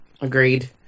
agreed